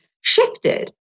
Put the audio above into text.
shifted